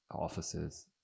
offices